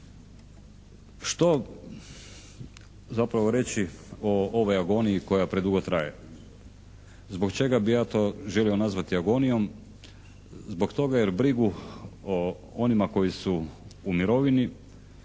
Što zapravo reći o ovoj agoniji koja predugo traje? Zbog čega bi ja to nazvati agonijom? Zbog toga jer brigu o onima koji su u mirovini